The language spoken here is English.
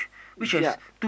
ya